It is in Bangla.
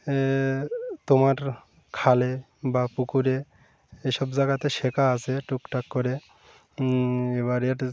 তোমার খালে বা পুকুরে এসব জায়গাতে শেখা আসে টুকটাক করে এবারের